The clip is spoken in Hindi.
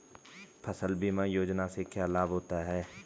फसल बीमा योजना से क्या लाभ होता है?